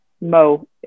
Mo